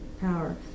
power